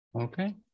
Okay